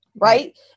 Right